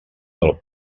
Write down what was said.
del